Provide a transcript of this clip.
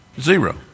Zero